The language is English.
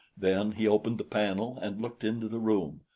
then he opened the panel and looked into the room.